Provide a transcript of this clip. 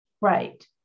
Right